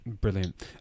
Brilliant